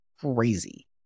crazy